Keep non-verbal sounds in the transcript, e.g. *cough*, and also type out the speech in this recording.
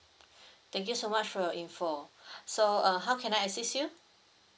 thank you so much for your info *breath* so uh how can I assist you